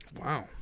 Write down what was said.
Wow